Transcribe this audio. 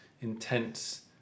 intense